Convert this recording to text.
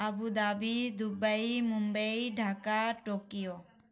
Abu Dhabi Dubai Mumbai Dhaka Tokyo